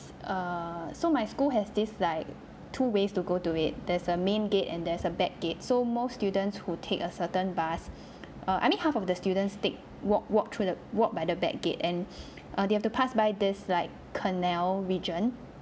err so my school has this like two ways to go to it there's a main gate and there's a back gate so most students who take a certain bus err I mean half of the students take walk walk through the walk by the back gate and uh they have to pass by this like canal region